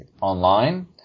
online